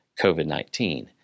COVID-19